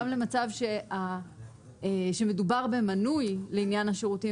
גם למצב שמדובר במנוי לעניין השירותים